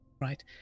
Right